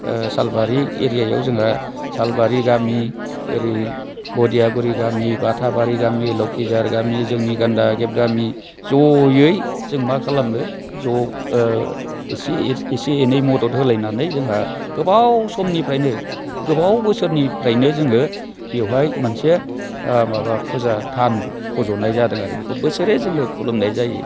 सालबारि एरियायाव जोंहा साल बारि गामि ओरै बदिया गुरि गामि बाथाबारि गामि लखिजार गामि जोंनि गान्दा गागेब गामि ज'यै जों माखालामो ज' एसे एनै मदद होलायनानै जोंहा गोबाव समनिफ्रायनो गोबाव बोसोरनिफ्रायनो जोङो बेवहाय मोनसे माबा फुजा थान फज'नाय जादों आरो बेखौ जोङो बोसोरे खुलुमनाय जायो